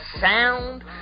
sound